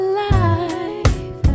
life